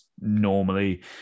normally